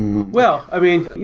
well i mean,